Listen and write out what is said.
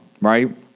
right